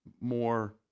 more